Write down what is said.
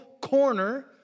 corner